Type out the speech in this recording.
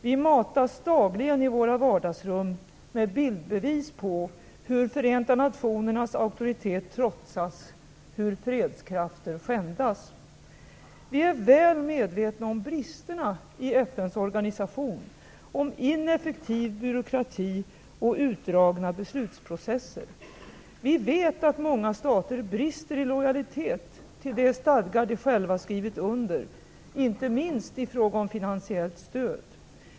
Vi matas dagligen i våra vardagsrum med bildbevis på hur Förenta nationernas auktoritet trotsas, hur fredskrafter skändas. Vi är väl medvetna om bristerna i FN:s organisation, om ineffektiv byråkrati och utdragna beslutsprocesser. Vi vet att många stater brister i lojalitet till de stadgar de själva skrivit under, inte minst i fråga om finansiellt stöd.